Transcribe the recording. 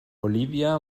olivia